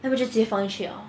他们 just 直接放进去了